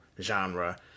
genre